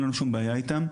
ואין לנו שום בעיה איתם.